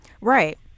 Right